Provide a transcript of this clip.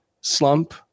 slump